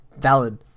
Valid